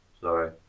Sorry